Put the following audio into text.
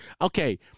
Okay